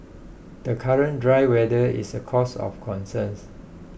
the current dry weather is a cause of concerns